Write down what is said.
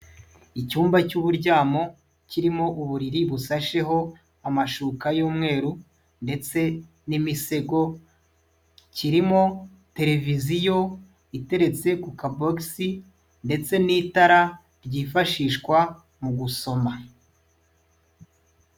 Icyumba cy'uburyamo kirimo uburiri busasheho amashuka y'umweru, ndetse n'imisego. Kirimo televiziyo iteretse ku kabogisi, ndetse n'itara ryifashishwa mu gusoma.